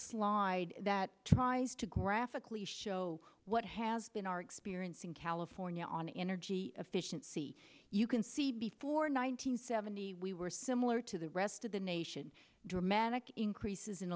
slide that tries to graphically show what has been our experience in california on energy efficiency you can see before nine hundred seventy we were similar to the rest of the nation dramatic increases